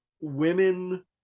women